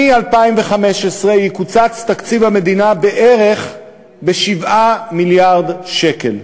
מ-2015 יקוצץ תקציב המדינה בערך ב-7 מיליארד ש"ח.